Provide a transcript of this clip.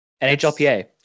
NHLPA